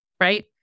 right